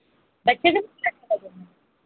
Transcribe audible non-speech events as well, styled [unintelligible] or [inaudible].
बच्चे [unintelligible]